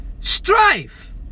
strife